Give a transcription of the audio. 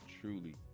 truly